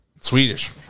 Swedish